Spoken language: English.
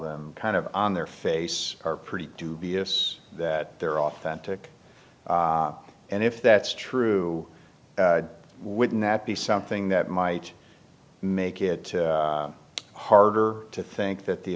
them kind of on their face are pretty dubious that they're authentic and if that's true would nat be something that might make it harder to think that the